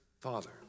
father